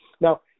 Now